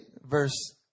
verse